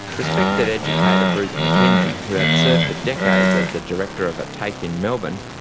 respected educator bruce mackenzie, who had served for decades as the director of a tafe in melbourne,